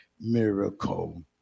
miracle